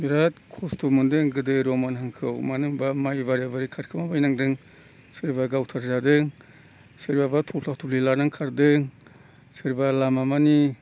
बिराद खस्थ' मोन्दों गोदो रमान हांखोआव मानो होनोबा माइ बारि बारि खारखोमा बायनांदों सोरबा गावथारजादों सोरबाबा थफ्ला थफ्लि लानानै खारदों सोरबा लामा मानि